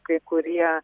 kai kurie